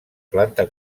planta